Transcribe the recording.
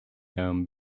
them